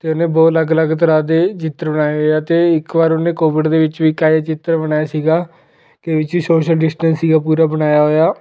ਅਤੇ ਉਹਨੇ ਬਹੁਤ ਅਲੱਗ ਅਲੱਗ ਤਰ੍ਹਾਂ ਦੇ ਚਿੱਤਰ ਬਣਾਏ ਹੋਏ ਆ ਅਤੇ ਇੱਕ ਵਾਰ ਉਹਨੇ ਕੋਵਿਡ ਦੇ ਵਿੱਚ ਵੀ ਇੱਕ ਇਹੋ ਜਿਹਾ ਚਿੱਤਰ ਬਣਾਇਆ ਸੀਗਾ ਕਿ ਵਿੱਚ ਸੋਸ਼ਲ ਡਿਸਟੈਂਸ ਸੀਗਾ ਪੂਰਾ ਬਣਾਇਆ ਹੋਇਆ